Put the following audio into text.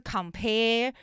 Compare